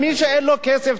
מי שאין לו כסף,